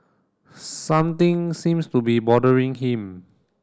something seems to be bothering him